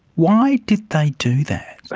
why did they do that?